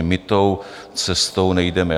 My tou cestou nejdeme.